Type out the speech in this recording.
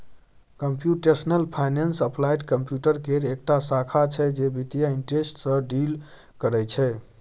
computational finance applied computer केर एकटा शाखा छै जे बित्तीय इंटरेस्ट सँ डील करय छै